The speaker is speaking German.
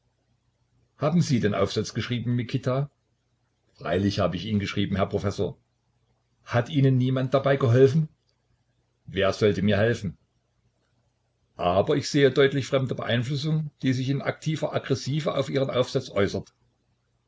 haben sie den aufsatz geschrieben mikita freilich hab ich ihn geschrieben herr professor hat ihnen niemand dabei geholfen wer sollte mir helfen aber ich sehe deutlich fremde beeinflussung die sich in aktiver agressive auf ihren aufsatz äußert